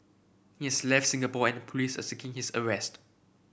he's left Singapore and the police are seeking his arrest